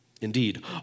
Indeed